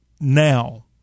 now